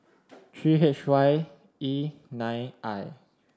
three H Y E nine I